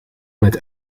met